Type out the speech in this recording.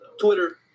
twitter